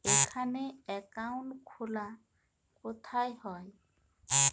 এখানে অ্যাকাউন্ট খোলা কোথায় হয়?